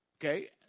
okay